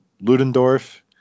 Ludendorff